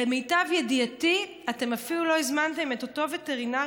למיטב ידיעתי אתם אפילו לא הזמנתם את אותו וטרינר,